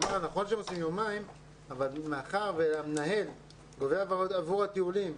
נכון שזה יומיים אבל מאחר והמנהל גובה עבור הטיולים,